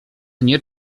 nie